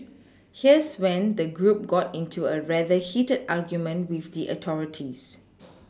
here's when the group got into a rather heated argument with the authorities